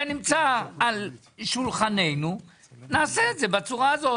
זה נמצא על שולחננו, נעשה את זה בצורה הזאת.